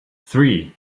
three